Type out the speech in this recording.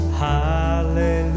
hallelujah